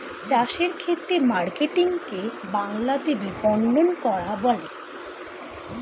চাষের ক্ষেত্রে মার্কেটিং কে বাংলাতে বিপণন করা বলে